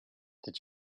did